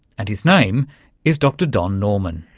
and his name is dr don norman.